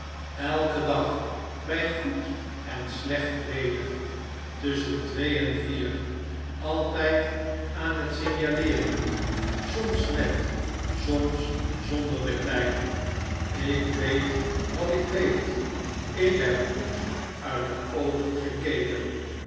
elken dag bij goed en slecht weder tusschen twee en vier altfld aan het signaleeren soms met soms zonder de kleine ik weet wat ik weet ik heb goed uit de oogen gekeken